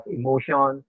emotion